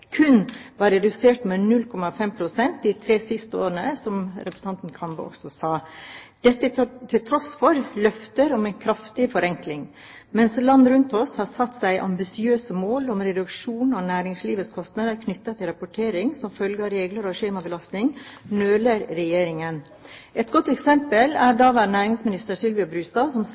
kun var redusert med 0,5 pst. de tre siste årene, som representanten Kambe også sa. Dette til tross for løfter om en kraftig forenkling. Mens land rundt oss har satt seg ambisiøse mål om reduksjon av næringslivets kostnader knyttet til rapportering som følge av regler og skjemabelastning, nøler Regjeringen. Et godt eksempel er daværende næringsminister, Sylvia Brustad, som